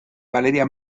valeria